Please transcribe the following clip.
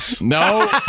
No